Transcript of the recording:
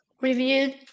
reviewed